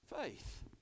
faith